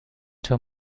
too